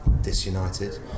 disunited